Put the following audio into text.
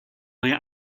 neue